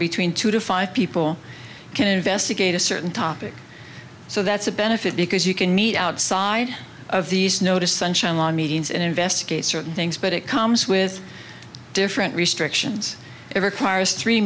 between two to five people can investigate a certain topic so that's a benefit because you can meet outside of these notice sunshine law meetings and investigate certain things but it comes with different restrictions ever clarus three